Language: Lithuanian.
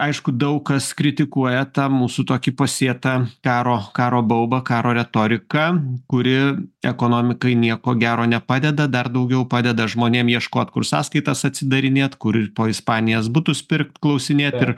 aišku daug kas kritikuoja tą mūsų tokį pasėtą karo karo baubą karo retoriką kuri ekonomikai nieko gero nepadeda dar daugiau padeda žmonėm ieškot kur sąskaitas atsidarinėt kur ir po ispanijas butus pirkt klausinėt ir